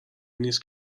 نیس